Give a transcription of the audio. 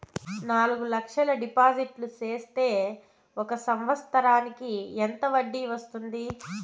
నాలుగు లక్షల డిపాజిట్లు సేస్తే ఒక సంవత్సరానికి ఎంత వడ్డీ వస్తుంది?